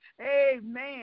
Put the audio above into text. amen